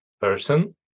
person